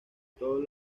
todos